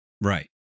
right